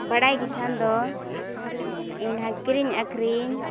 ᱵᱟᱲᱟᱭ ᱠᱮᱠᱷᱟᱱ ᱫᱚ ᱡᱟᱦᱟᱸ ᱠᱤᱨᱤᱧ ᱟᱠᱷᱨᱤᱧ